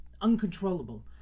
uncontrollable